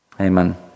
Amen